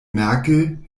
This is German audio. merkel